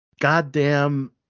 goddamn